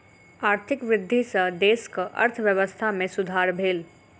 आर्थिक वृद्धि सॅ देशक अर्थव्यवस्था में सुधार भेल